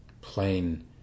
plain